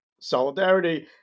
solidarity